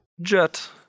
Jet